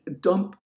dump